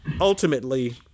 ultimately